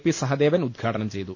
P Sahadevan ഉദ്ഘാടനം ചെയ്തു